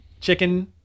chicken